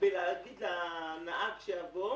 בלקרוא לנהג שיבוא,